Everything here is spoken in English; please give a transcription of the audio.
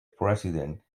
president